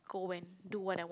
go and do what I want